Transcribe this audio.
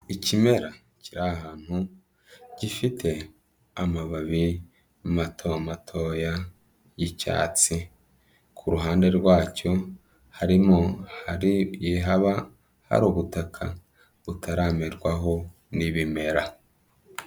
Ikimera kiri ahantu, gifite amababi mato matoya y'icyatsi, ku ruhande rwacyo harimo hagiye haba hari ubutaka butaramerwaho n'ibimera.